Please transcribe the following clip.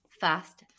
Fast